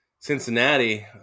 Cincinnati